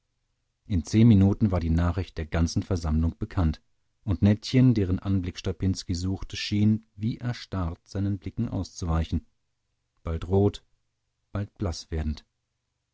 in zehn minuten war die nachricht der ganzen versammlung bekannt und nettchen deren anblick strapinski suchte schien wie erstarrt seinen blicken auszuweichen bald rot bald blaß werdend